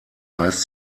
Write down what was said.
heißt